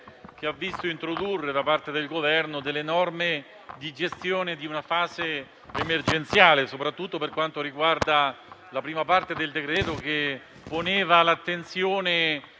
che ha visto introdurre da parte del Governo delle norme di gestione della fase emergenziale, soprattutto per quanto riguarda la prima parte del decreto-legge, che poneva l'attenzione